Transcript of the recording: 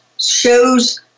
shows